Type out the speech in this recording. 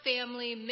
Family